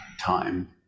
time